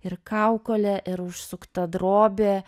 ir kaukolė ir užsukta drobė